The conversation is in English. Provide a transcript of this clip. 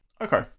Okay